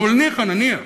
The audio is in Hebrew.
אבל ניחא, נניח,